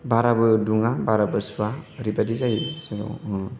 बाराबो दुङा बाराबो सुवा ओरैबादि जायो जोंनाव